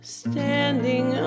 standing